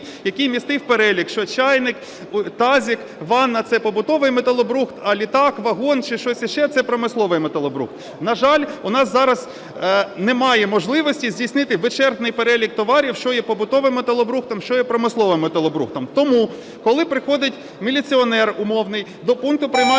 який містив перелік, що чайник, тазик, ванна – це побутовий металобрухт, а літак, вагон чи щось іще – це промисловий металобрухт. На жаль, у нас зараз немає можливості здійснити вичерпний перелік товарів, що є побутовим металобрухтом, що є промисловим металобрухтом. Тому коли приходить міліціонер умовний до пункту приймання